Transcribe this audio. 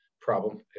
problem